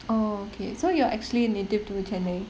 oh okay so you're actually native to chennai